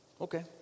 Okay